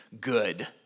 good